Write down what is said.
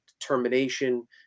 determination